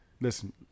listen